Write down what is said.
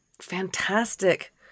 fantastic